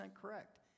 correct